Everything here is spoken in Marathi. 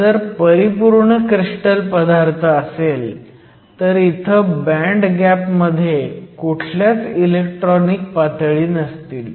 जर परिपूर्ण क्रिस्टल पदार्थ असेल तर इथं बँड गॅप मध्ये कुठल्याच इलेक्ट्रॉनिक पातळी नसतील